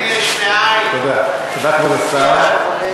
תודה, כבוד השר.